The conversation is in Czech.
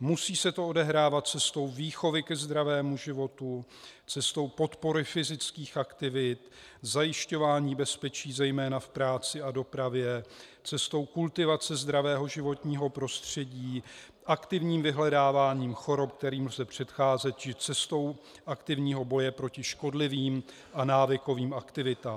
Musí se to odehrávat cestou výchovy ke zdravému životu, cestou podpory fyzických aktivit, zajišťování bezpečí zejména v práci a dopravě, cestou kultivace zdravého životního prostředí, aktivním vyhledáváním chorob, kterým lze předcházet, či cestou aktivního boje proti škodlivým a návykovým aktivitám.